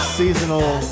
seasonal